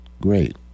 Great